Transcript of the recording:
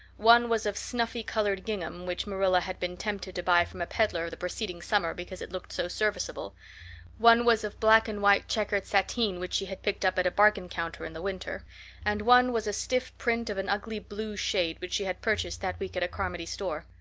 one was of snuffy colored gingham which marilla had been tempted to buy from a peddler the preceding summer because it looked so serviceable one was of black-and-white checkered sateen which she had picked up at a bargain counter in the winter and one was a stiff print of an ugly blue shade which she had purchased that week at a carmody store.